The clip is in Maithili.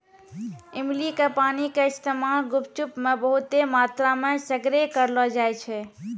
इमली के पानी के इस्तेमाल गुपचुप मे बहुते मात्रामे सगरे करलो जाय छै